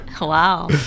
Wow